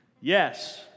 Yes